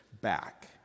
back